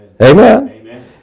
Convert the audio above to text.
Amen